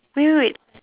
wait wait wait